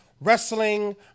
wrestling